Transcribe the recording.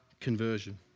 conversion